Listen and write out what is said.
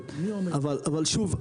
אבל שוב,